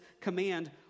command